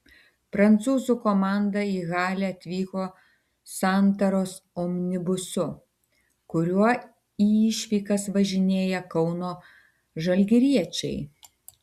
prancūzų komanda į halę atvyko santaros omnibusu kuriuo į išvykas važinėja kauno žalgiriečiai